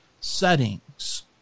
settings